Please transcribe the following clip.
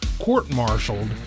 court-martialed